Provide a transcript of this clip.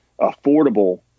affordable